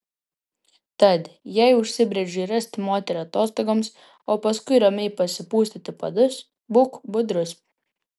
tad jei užsibrėžei rasti moterį atostogoms o paskui ramiai pasipustyti padus būk budrus